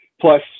plus